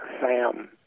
Sam